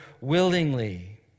willingly